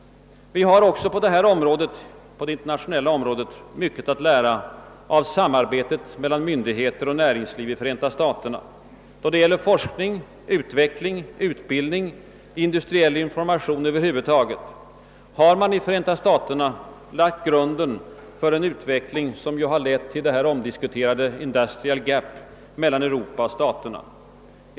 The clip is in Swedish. Vi har också på det internationella området mycket att lära av samarbetet mellan myndigheter och näringsliv i Förenta staterna. Då det gäller forskning, utveckling och industriell information har man i Förenta staterna lagt grunden för en utveckling som lett till detta omdiskuterade »industrial gap» mellan Europa och Förenta staterna.